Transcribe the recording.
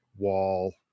wall